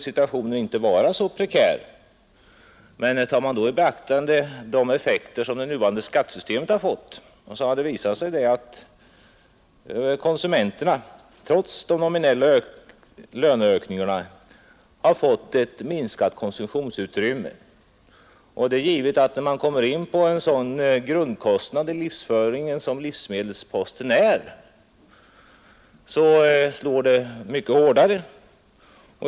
Men tar man i beaktande de effekter som det nuvarande skattesystemet fått har det visat sig att konsumenterna trots de nominella löneökningarna fått ett minskat konsumtionsutrymme. När man kommer in på ett sådant grundkonto i livsföringen som livsmedelsposten är, slår det mycket hårdare.